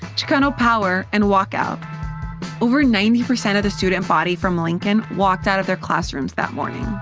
chicano power, and, walkout. over ninety percent of the student body from lincoln walked out of their classrooms that morning.